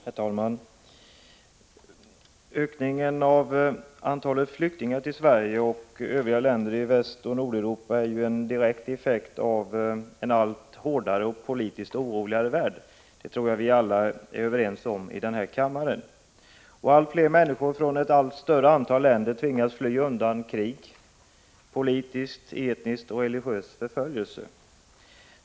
Herr talman! Ökningen av antalet flyktingar till Sverige och övriga länder i Västoch Nordeuropa är ju en direkt effekt av en hårdare och politiskt allt oroligare värld — det tror jag att vi alla är överens om i den här kammaren. Allt fler människor från ett allt större antal länder tvingas fly undan krig, politisk, etnisk och religiös förföljelse.